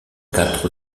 quatre